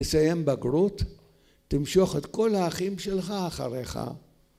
‫לסיים בגרות, ‫תמשוך את כל האחים שלך אחריך.